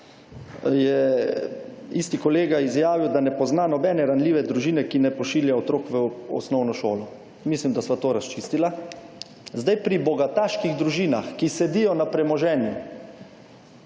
je isti kolega izjavil, da ne pozna nobene ranljive družene, ki ne pošilja otrok v osnovno šolo. Mislim, da sva to razčistila. Zdaj, pri bogataških družinah, ki sedijo na premoženju,